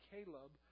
Caleb